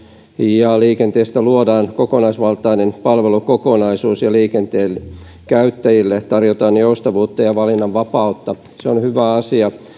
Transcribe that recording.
ja liikenteestä luodaan kokonaisvaltainen palvelukokonaisuus ja liikenteen käyttäjille tarjotaan joustavuutta ja valinnanvapautta se on hyvä asia